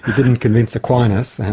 didn't convince aquinas, and